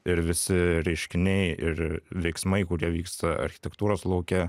ir visi reiškiniai ir veiksmai kurie vyksta architektūros lauke